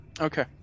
Okay